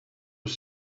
aux